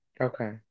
Okay